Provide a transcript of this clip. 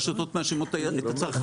הרשתות מאשימות את הצרכנים.